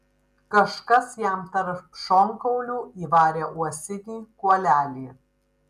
kažkas jam tarp šonkaulių įvarė uosinį kuolelį